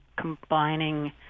combining